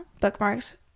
bookmarks